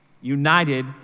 united